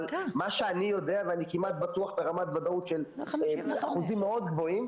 אבל מה שאני יודע ואני כמעט בטוח ברמת ודאות של אחוזים מאוד גבוהים